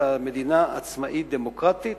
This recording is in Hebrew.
אלא מדינה עצמאית דמוקרטית,